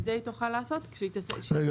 את זה היא תוכל לעשות--- רגע,